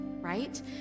right